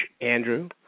Andrew